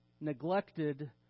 neglected